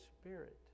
Spirit